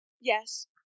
Yes